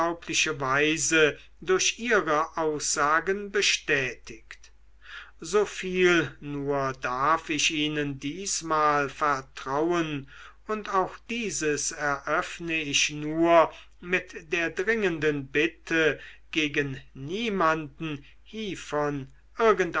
durch ihre aussagen bestätigt so viel nur darf ich ihnen diesmal vertrauen und auch dieses eröffne ich nur mit der dringenden bitte gegen niemanden hievon